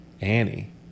Annie